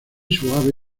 suave